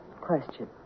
question